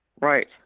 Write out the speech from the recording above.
Right